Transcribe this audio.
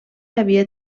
havia